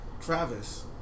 Travis